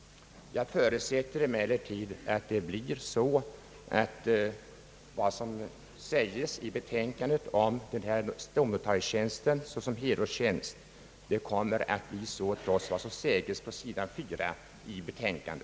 Jag förutsätter emellertid att det som sägs i utredningens förslag om inrättandet av denna stomnotarietjänst såsom helårstjänst kommer att gälla, trots vad som sägs på sidan 4 i utskottets betänkande.